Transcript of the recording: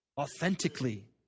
authentically